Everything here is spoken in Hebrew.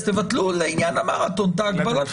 אז תבטלו לעניין המרתון את הגבלת המשתתפים.